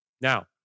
Now